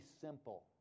simple